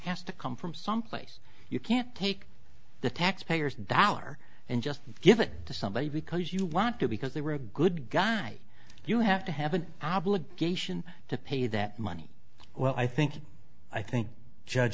has to come from someplace you can't take the taxpayer's dollar and just give it to somebody because you want to because they were a good guy you have to have an obligation to pay that money well i think i think judge